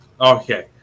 Okay